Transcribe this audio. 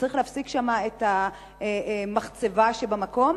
שצריך להפסיק שם את פעילות המחצבה שבמקום,